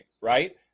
right